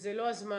וזה לא הזמן.